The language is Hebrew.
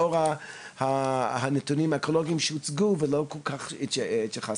לאור הנתונים האקולוגיים שהוצגו ואליהם לא כל כך התייחסתם.